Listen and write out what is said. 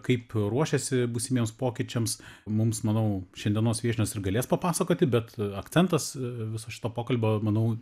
kaip ruošiasi būsimiems pokyčiams mums manau šiandienos viešnios ir galės papasakoti bet akcentas viso šito pokalbio manau